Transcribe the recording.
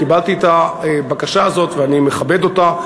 קיבלתי את הבקשה הזאת ואני מכבד אותה,